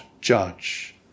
judge